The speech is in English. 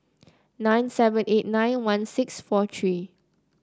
nine seven eight nine one six four three